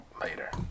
Later